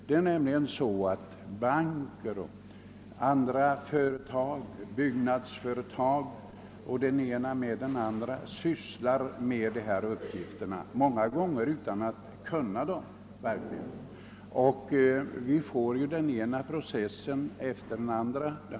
Det finns nämligen banker, byggnadsföretag och andra som ägnar sig åt dessa uppgifter utan att egentligen ha kunskaper härför. Detta leder till den ena processen efter den andra.